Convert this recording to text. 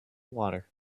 water